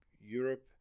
Europe